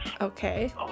Okay